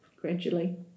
gradually